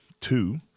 two